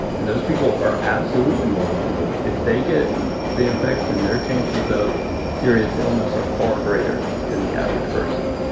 and those people are absolutely more vulnerable if they get the infection. their chances of serious illness are far greater than the average person.